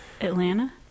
Atlanta